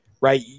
right